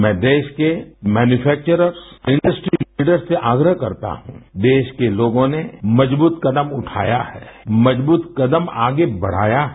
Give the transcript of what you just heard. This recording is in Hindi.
मै देश के मैन्यूफेक्वर्रस इंडस्ट्री लीडर्स से आग्रह करता हूँरू देश के लोगों ने मजबूत कदम उठाया है मजबूत कदम आगे बढ़ाया है